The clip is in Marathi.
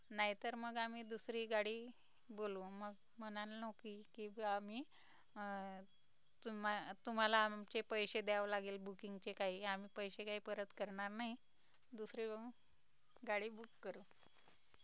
नाहीतर मग आम्ही दुसरी गाडी बोलू मग म्हणाल नको की ब आम्ही तुमा तुम्हाला आमचे पैसे द्यावं लागेल बुकिंगचे काही आम्ही पैसे काही परत करणार नाही दुसरी बघू गाडी बुक करू